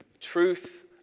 Truth